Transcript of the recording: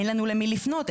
אין לנו למי לפנות,